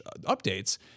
updates